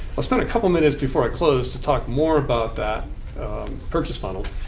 i'll spend a couple of minutes before i close to talk more about that purchase funnel.